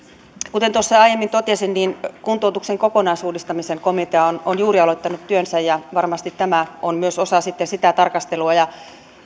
kuten tuossa aiemmin totesin niin kuntoutuksen kokonaisuudistamisen komitea on on juuri aloittanut työnsä ja varmasti tämä on myös osa sitten sitä tarkastelua ja